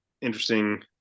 interesting